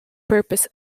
purpose